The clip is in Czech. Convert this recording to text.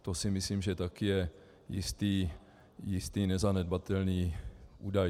To si myslím, že také je jistý nezanedbatelný údaj.